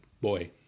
boy